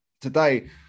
today